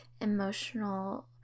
emotional